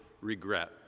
regret